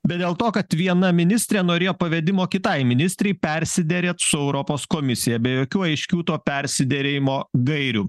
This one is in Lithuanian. bet dėl to kad viena ministrė norėjo pavedimo kitai ministrei persiderėt su europos komisija be jokių aiškių to persidalijimo gairių